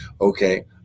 Okay